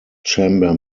chamber